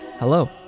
Hello